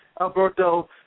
Alberto